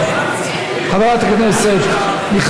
אבל הוא מפחד לצאת, מה אני אעשה.